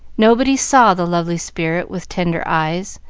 nobody saw the lovely spirit with tender eyes,